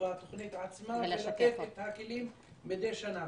בתוכנית עצמה ולתת את הכלים מדי שנה,